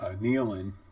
kneeling